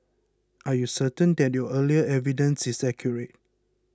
are you certain that your earlier evidence is accurate